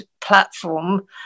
platform